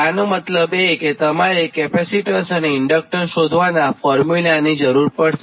આનો મતલબ કેતમારે કેપેસિટન્સ અને ઇન્ડક્ટન્સ શોધવાનાં ફોર્મ્યુલા ની જરૂર પડશે